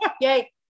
yay